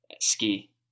Ski